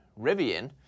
Rivian